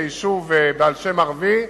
ויישוב בעל שם ערבי,